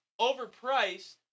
overpriced